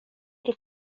det